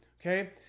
okay